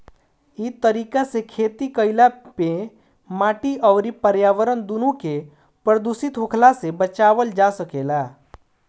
इ तरीका से खेती कईला पे माटी अउरी पर्यावरण दूनो के प्रदूषित होखला से बचावल जा सकेला